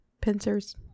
pincers